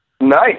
Nice